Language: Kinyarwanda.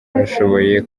bashoboye